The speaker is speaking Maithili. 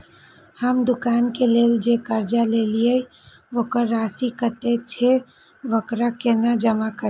हम दुकान के लेल जे कर्जा लेलिए वकर राशि कतेक छे वकरा केना जमा करिए?